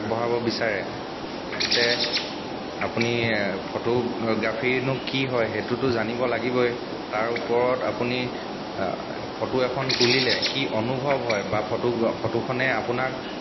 আগবঢ়াব বিচাৰে তেন্তে আপুনি ফটোগ্ৰাফী নো কি হয় সেইটোতো জানিব লাগিবই তাৰ ওপৰত আপুনি ফটো এখন তুলিলে কি অনুভৱ হয় বা ফটোগ ফটোখনে আপোনাক